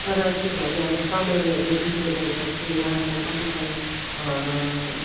तर के भने अब समयहरू बित्दै गएपछि उहाँको कतिपय